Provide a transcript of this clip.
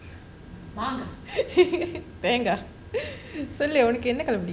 தேங்கா சொல்லு உனக்கு என்ன:thong solo unakku enna colour பிடிக்கும்:pidikkum